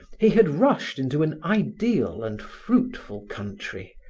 he had rushed into an ideal and fruitful country,